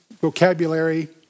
vocabulary